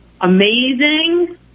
Amazing